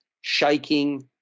shaking